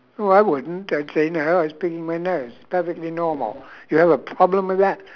oh I wouldn't I'd say no I was picking my nose perfectly normal you have a problem with that